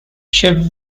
should